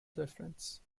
difference